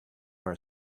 our